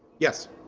yes